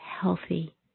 healthy